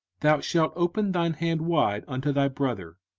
thou shalt open thine hand wide unto thy brother,